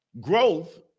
growth